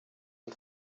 und